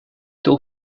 two